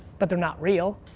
but they're not real.